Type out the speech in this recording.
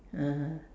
(uh huh)